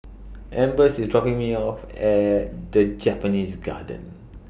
Ambers IS dropping Me off At The Japanese Kindergarten